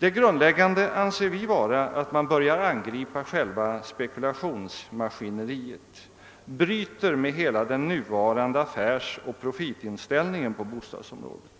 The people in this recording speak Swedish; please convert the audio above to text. Det grundläggande anser vi vara att man börjar angripa själva spekulationsmaskineriet och bryter med hela den nuvarande affärsoch profitinställningen på bostadsområdet.